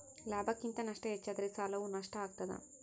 ಲಾಭಕ್ಕಿಂತ ನಷ್ಟ ಹೆಚ್ಚಾದರೆ ಸಾಲವು ನಷ್ಟ ಆಗ್ತಾದ